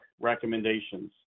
recommendations